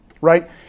Right